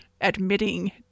admitting